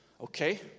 Okay